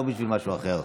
לא בשביל משהו אחר.